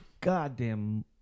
goddamn